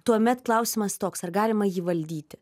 tuomet klausimas toks ar galima jį valdyti